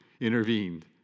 intervened